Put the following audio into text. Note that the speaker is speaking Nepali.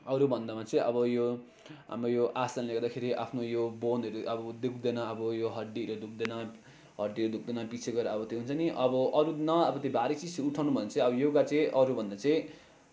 अरू भन्दामा चाहिँ अब यो हाम्रो यो आसनले गर्दाखेरि आफ्नो यो बोनहरू अब दुख्दैन अब यो हड्डीहरू दुख्दैन हड्डीहरू दुख्दैन पछि गएर अब त्यो हुन्छ नि अब अरू न अब त्यो भारी चिज उठाउनु भने चाहिँ अब योगा चाहिँ अरूभन्दा चाहिँ